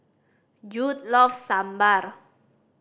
Jude loves Sambar